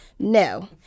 No